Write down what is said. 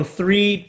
three